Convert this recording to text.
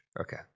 Okay